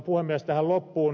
tähän loppuun